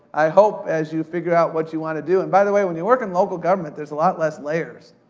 i hope as you figure out what you wanna do, and by the way, when you work in local government, there's a lot less layers.